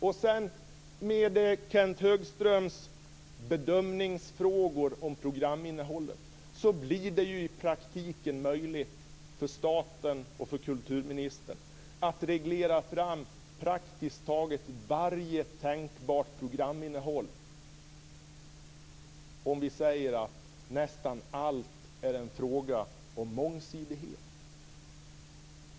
Med hjälp av Kenth Högströms bedömningsfrågor av programinnehållet blir det i praktiken möjligt för staten och kulturministern att reglera fram praktiskt taget varje tänkbart programinnehåll - nästan allt är en fråga om mångsidighet.